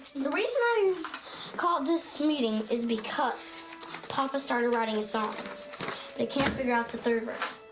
the reason i called this meeting is because papa started writing a song can't figure out the third verse.